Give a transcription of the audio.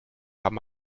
haben